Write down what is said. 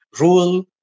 rule